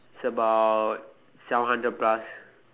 it's about seven hundred plus